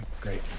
great